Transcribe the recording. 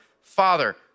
Father